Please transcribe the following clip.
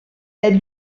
elle